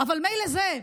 אבל מילא זה,